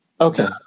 okay